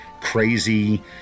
crazy